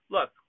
Look